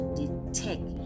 detect